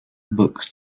books